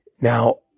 now